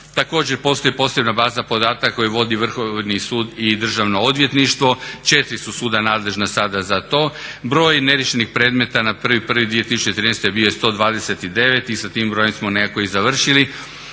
također postoji posebna baza podataka koju vodi Vrhovni sud i državno odvjetništvo, četiri su suda nadležna sada za to. Broj neriješenih predmeta na 1.1.2013. bio je 129 i sa tim brojem smo nekako i završili